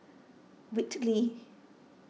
Whitley